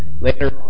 later